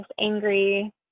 angry